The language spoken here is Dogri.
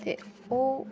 ते ओह्